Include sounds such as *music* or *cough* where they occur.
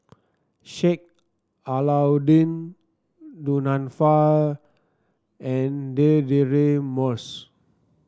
Sheik Alau'ddin Du Nanfa and *unintelligible* Moss